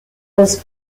was